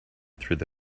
through